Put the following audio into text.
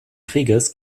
krieges